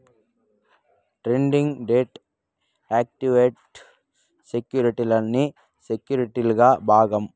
trading, debt, equity సెక్యుర్టీలన్నీ సెక్యుర్టీల్ల భాగం